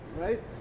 Right